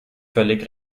völlig